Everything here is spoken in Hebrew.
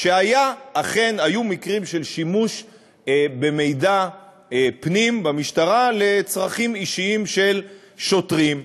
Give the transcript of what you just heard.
שאכן היו מקרים של שימוש במידע פנים במשטרה לצרכים אישיים של שוטרים.